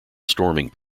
storming